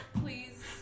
please